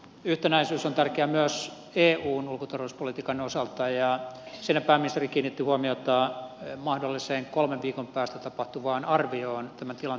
yhtenäisyys on tärkeää myös eun ulko ja turvallisuuspolitiikan osalta ja siinä pääministeri kiinnitti huomiota mahdolliseen kolmen viikon päästä tapahtuvaan arvioon tämän tilanteen osalta